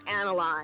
analyze